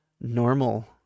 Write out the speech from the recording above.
normal